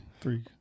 three